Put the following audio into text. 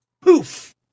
poof